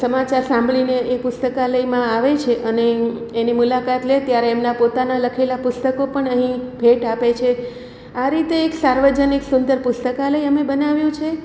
સમાચાર સાંભળીને એ પુસ્તકાલયમાં આવે છે અને એની મુલાકાત લે ત્યારે એમના પોતાના લખેલા પુસ્તકો પણ અહીં ભેટ આપે છે આ રીતે એક સાર્વજનિક સુંદર પુસ્તકાલય અમે બનાવ્યું છે